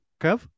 Kev